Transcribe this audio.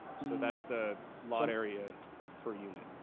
so that's the lot area per unit.